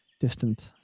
distant